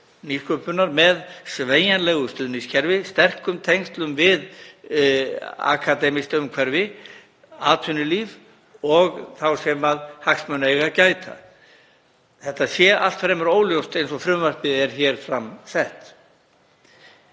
nýsköpunar með sveigjanlegu stuðningskerfi og sterkum tengslum við akademískt umhverfi, atvinnulíf og þá sem hagsmuna eiga að gæta. Þetta sé allt fremur óljóst eins og frumvarpið er fram sett.